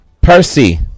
Percy